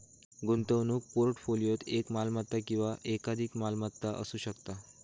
गुंतवणूक पोर्टफोलिओत एक मालमत्ता किंवा एकाधिक मालमत्ता असू शकता